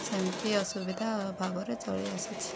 ସେମିତି ଅସୁବିଧା ଅଭାବରେ ଚଳିଆସୁଛି